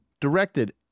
directed